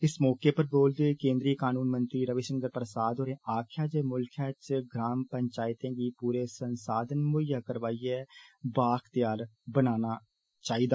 इस मौके पर बोलदे होई केन्द्रीय कानून मंत्री रवि षंकर प्रसाद होरें आक्खेआ जे मुल्खै च ग्राम पंचायतें गी पूरे संसाधन मुहैय्या करवाईयै बा अख्तयार बनाया जाना चाहिदा